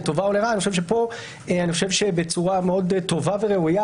לטובה או לרעה שבצורה מאוד טובה וראויה